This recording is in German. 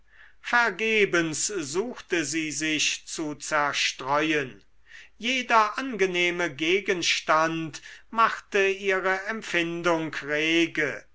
vergebens suchte sie sich zu zerstreuen jeder angenehme gegenstand machte ihre empfindung rege